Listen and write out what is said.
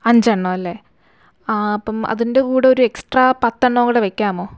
അഞ്ചെണ്ണം അല്ലെ ആ അപ്പം അതിന്റെ കൂടെ ഒരു എക്സ്ട്രാ പത്തെണ്ണം കൂടെ വയ്ക്കാമോ